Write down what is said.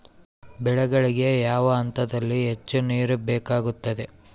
ಬೆಳೆಗಳಿಗೆ ಯಾವ ಹಂತದಲ್ಲಿ ಹೆಚ್ಚು ನೇರು ಬೇಕಾಗುತ್ತದೆ?